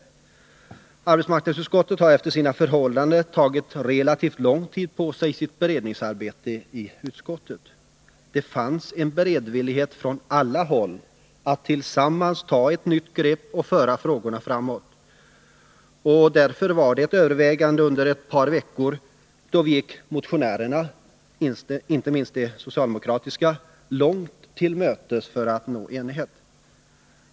Arbetsmark 61 nadsutskottet har efter sina förhållanden tagit relativt lång tid på sig i sitt beredningsarbete i utskottet. Det fanns en beredvillighet från alla håll att tillsammans ta ett nytt grepp för att föra frågorna framåt. Därför gjorde vi under ett par veckor överväganden då vi gick motionärerna, inte minst de socialdemokratiska, långt till mötes för att nå enighet.